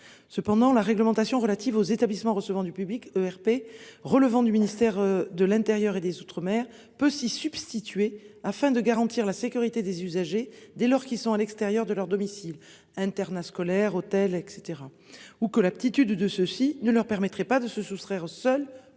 Cependant la réglementation relative aux établissements recevant du public ERP relevant du ministère de l'Intérieur et des Outre-mer peut s'y substituer afin de garantir la sécurité des usagers. Dès lors qu'ils sont à l'extérieur de leur domicile internat scolaire hôtel et cetera ou que l'aptitude de ceux-ci ne leur permettrait pas de se soustraire seul